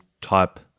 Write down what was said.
type